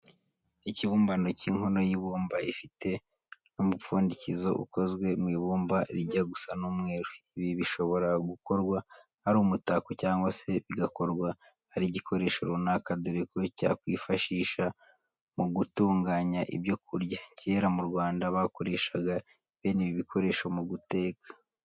Ikibumbano cy'inkono y'ibumba ifite n'umupfundikizo ukozwe mu ibumba rijya gusa n'umweru. Ibi bishobora gukorwa ari umutako cyangwa se bigakorwa ari igikoresho runaka dore ko cyakwifashisha mu gutunganya ibyo kurya. Kera mu Rwanda bakoreshaga bene ibi bikoresho mu guteka.